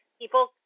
people